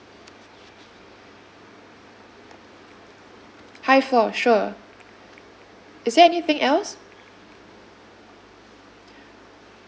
high floor sure is there anything else